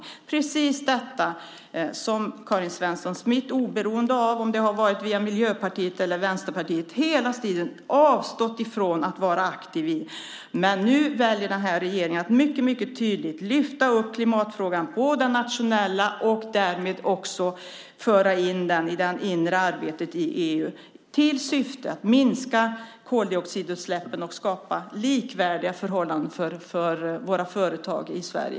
Det är precis detta som Karin Svensson Smith, oberoende av om hon företrätt Miljöpartiet eller Vänsterpartiet, hela tiden avstått från att vara aktiv i. Nu väljer regeringen att mycket tydligt lyfta upp klimatfrågan nationellt och därmed också föra in den i det inre arbetet i EU. Syftet är att minska koldioxidutsläppen och skapa likvärdiga förhållanden för våra företag i Sverige.